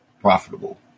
profitable